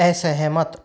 असहमत